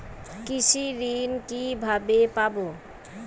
কৃষি ঋন কিভাবে পাব?